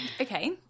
Okay